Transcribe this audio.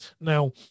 now